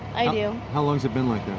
i do how long has it been like that?